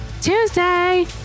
Tuesday